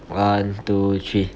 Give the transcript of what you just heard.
one two three